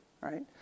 right